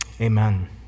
Amen